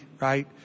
right